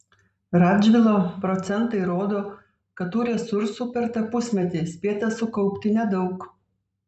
radžvilo procentai rodo kad tų resursų per tą pusmetį spėta sukaupti nedaug